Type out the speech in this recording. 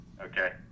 okay